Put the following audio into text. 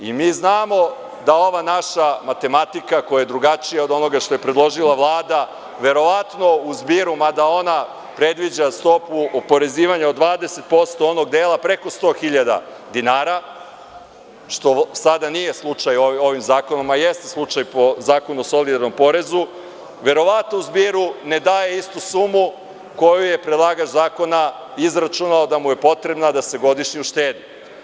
Mi znamo da ova naša matematika, koja je drugačija od onoga što je predložila Vlada, verovatno u zbiru, mada ona predviđa stopu oporezivanja od 20% onog dela preko 100.000 dinara, što sada nije slučaj ovim zakonom, a jeste slučaj po Zakonu o solidarnom porezu, verovatno u zbiru ne daje istu sumu koju je predlagač zakona izračunao da mu je potrebna da se godišnje uštedi.